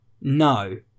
No